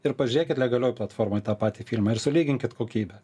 ir pažiūrėkit legalioj platformoj tą patį filmą ir sulyginkit kokybę